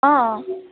অ' অ'